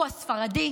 הוא הספרדי,